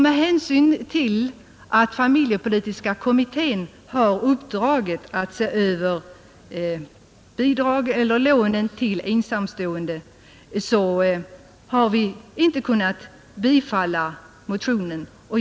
Med hänsyn till att familjepolitiska kommittén har uppdraget att se över bosättningslån till ensamstående har utskottet avstyrkt motionen.